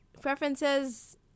preferences